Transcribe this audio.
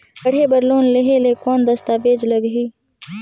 पढ़े बर लोन लहे ले कौन दस्तावेज लगही?